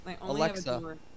Alexa